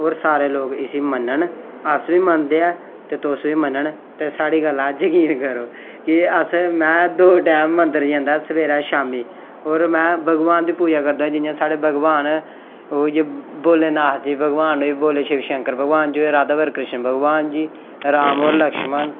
होर सारे लोग इस्सी मन्नन अस बी मनदे ऐं ते तुस बी मन्नन ते साढ़ी गल्ला दा जकीन करो के अस में दो टैम मंदर जंदा सबेरे शामीं और में भगवान दी पूजा करदा जि'यां साढ़े भगवान ओह् जो भोलेनाथ जी भगवान होए भोले शिव शंकर भगवान न राधा और कृष्ण भगवान जी राम और लक्ष्मण